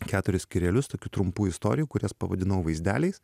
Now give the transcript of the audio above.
keturis skyrelius tokių trumpų istorijų kurias pavadinau vaizdeliais